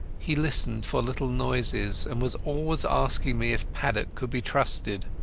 he listened for little noises, and was always asking me if paddock could be trusted.